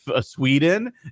Sweden